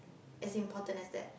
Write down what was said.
as important as that